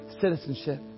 citizenship